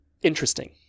interesting